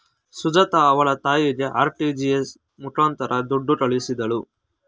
ಸುಜಾತ ಅವ್ಳ ತಾಯಿಗೆ ಆರ್.ಟಿ.ಜಿ.ಎಸ್ ಮುಖಾಂತರ ದುಡ್ಡು ಕಳಿಸಿದ್ಲು